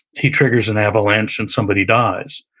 he triggers an avalanche and somebody dies,